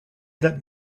that